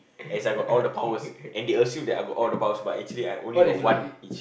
as I got all the powers and they assume that I got all the powers but actually I only got one each